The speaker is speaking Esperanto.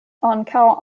ankaŭ